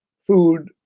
food